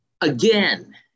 again